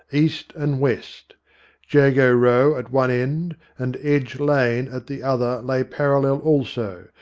east and west jago row at one end and edge lane at the other lay parallel also,